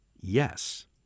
yes